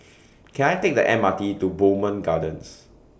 Can I Take The M R T to Bowmont Gardens